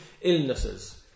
illnesses